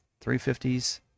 350s